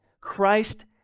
Christ